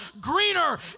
greener